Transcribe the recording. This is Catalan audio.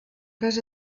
cas